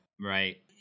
Right